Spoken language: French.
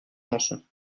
chanson